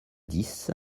dix